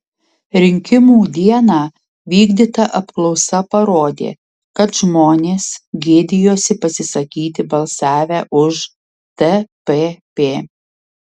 rinkimų dieną vykdyta apklausa parodė kad žmonės gėdijosi pasisakyti balsavę už tpp